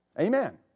Amen